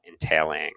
entailing